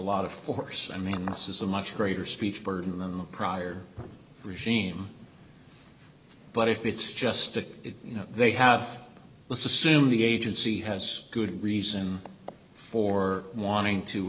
lot of force i mean this is a much greater speech burden than the prior regime but if it's just stick it you know they have let's assume the agency has good reason for wanting to